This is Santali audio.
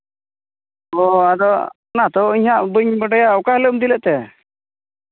ᱚ ᱟᱫᱚ ᱚᱱᱟ ᱦᱚᱛᱚ ᱵᱟᱹᱧ ᱵᱟᱰᱟᱭᱟ ᱚᱠᱟ ᱦᱤᱞᱳᱜ ᱮᱢ ᱤᱫᱤ ᱞᱮᱫ ᱛᱮ